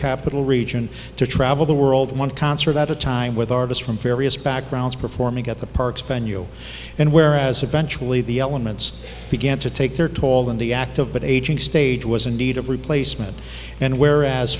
capital region to travel the world one concert at a time with artists from various backgrounds performing at the park's venue and where as eventually the elements began to take their toll in the active but aging stay age was in need of replacement and where as